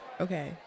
okay